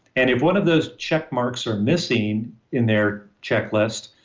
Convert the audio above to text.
and if one of those checkmarks are missing in their checklist,